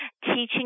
teaching